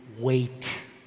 wait